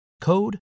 code